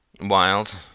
Wild